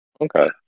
Okay